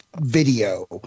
video